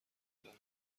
دارم